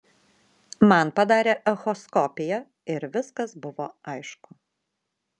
man padarė echoskopiją ir viskas buvo aišku